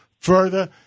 further